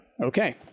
Okay